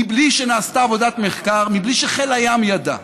בלי שנעשתה עבודת מחקר, בלי שחיל הים ידע?